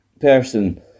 person